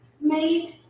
made